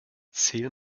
zähl